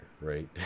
right